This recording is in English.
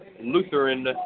Lutheran